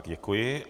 Děkuji.